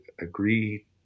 agree